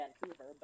Vancouver